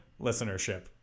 listenership